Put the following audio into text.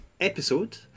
episode